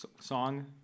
song